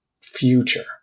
future